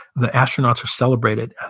the astronauts were celebrated.